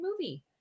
movie